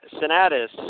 senatus